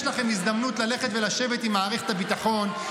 יש לכם הזדמנות ללכת ולשבת עם מערכת הביטחון,